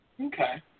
Okay